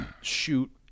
shoot